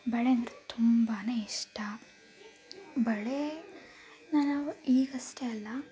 ಬಳೆ ಅಂದರೆ ತುಂಬಾ ಇಷ್ಟ ಬಳೆನ ನಾವು ಈಗಷ್ಟೇ ಅಲ್ಲ